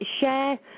share